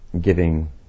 giving